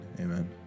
amen